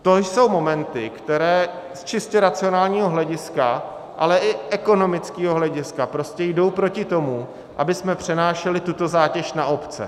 To jsou momenty, které z čistě racionálního hlediska, ale i z ekonomického hlediska jdou prostě proti tomu, abychom přenášeli tuto zátěž na obce.